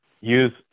Use